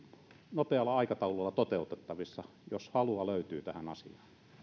nopealla aikataululla toteutettavissa jos halua löytyy tähän asiaan